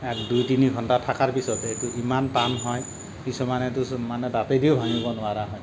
দুই তিনি ঘন্টা থকাৰ পিছত সেইটো ইমান টান হয় কিছুমানো দাঁতেদিও ভাঙিব নোৱাৰা হয়